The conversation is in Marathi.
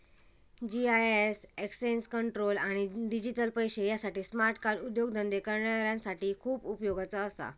जी.आय.एस एक्सेस कंट्रोल आणि डिजिटल पैशे यासाठी स्मार्ट कार्ड उद्योगधंदे करणाऱ्यांसाठी खूप उपयोगाचा असा